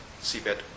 seabed